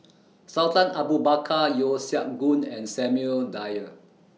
Sultan Abu Bakar Yeo Siak Goon and Samuel Dyer